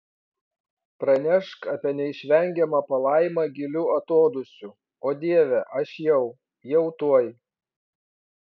pranešk apie neišvengiamą palaimą giliu atodūsiu o dieve aš jau jau tuoj